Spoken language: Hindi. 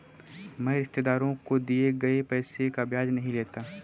मैं रिश्तेदारों को दिए गए पैसे का ब्याज नहीं लेता